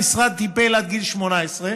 המשרד טיפל עד גיל 18,